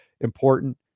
important